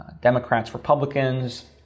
Democrats-Republicans